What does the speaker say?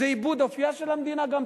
זה איבוד אופיה של המדינה, גם.